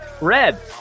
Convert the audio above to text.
Red